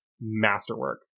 masterwork